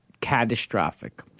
catastrophic